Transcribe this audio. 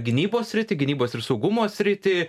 gynybos sritį gynybos ir saugumo sritį